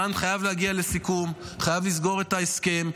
רן חייב להגיע לסיכום, חייב לסגור את ההסכם.